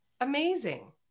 amazing